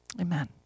Amen